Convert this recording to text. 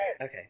Okay